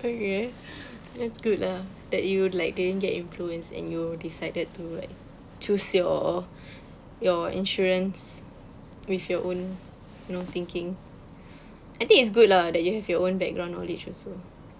okay that's good lah that you d~ like didn't get influenced and you decided to like choose your your insurance with your own you know thinking I think it's good lah that you have your own background knowledge also